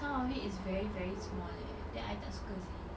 some of it is very very small leh then I tak suka seh